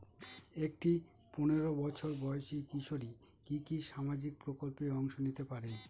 একটি পোনেরো বছর বয়সি কিশোরী কি কি সামাজিক প্রকল্পে অংশ নিতে পারে?